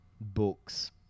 books